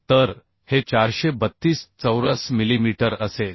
तर हे 432 चौरस मिलीमीटर असेल